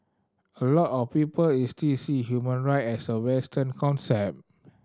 a lot of people see human right as a Western concept